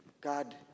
God